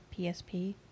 PSP